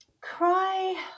Cry